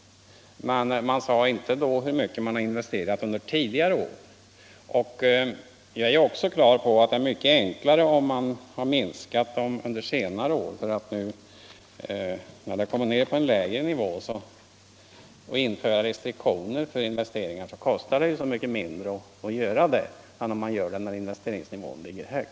Det nämndes emellertid ingenting om hur mycket man investerat under senare år. Jag är på det klara med att det varit mycket enklare att minska investeringarna under senare år; när man kommer ned på en lägre nivå på grund av restriktioner för investeringarna, kostar det så mycket mindre att minska dessa än när investeringsnivån är hög.